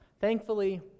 Thankfully